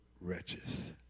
wretches